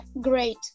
great